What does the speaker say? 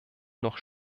noch